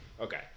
okay